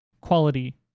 quality